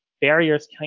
barriers